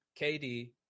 KD